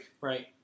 right